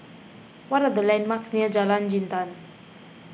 what are the landmarks near Jalan Jintan